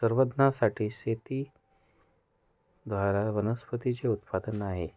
संवर्धनासाठी शेतीद्वारे वनस्पतींचे उत्पादन आहे